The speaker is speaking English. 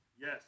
Yes